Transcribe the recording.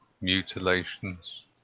mutilations